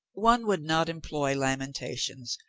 one would not employ lamentations,